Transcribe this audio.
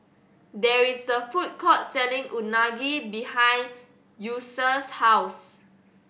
there is a food court selling Unagi behind Ulysses' house